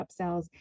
upsells